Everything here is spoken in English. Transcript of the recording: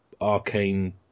arcane